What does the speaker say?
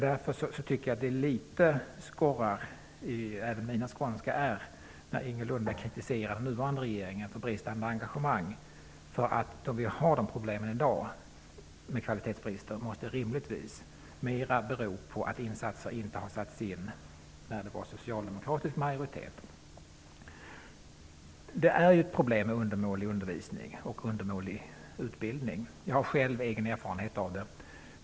Därför tycker jag att det, även med mina ''skånska r'', skorrar litet när Inger Lundberg kritiserar nuvarande regering för bristande engagemang. De problem med kvalitetsbrister som vi har i dag måste rimligtvis mer bero på att insatser inte sattes in när det var socialdemokratisk majoritet. Undermålig undervisning och undermålig utbildning är ett problem. Jag har själv egen erfarenhet av det.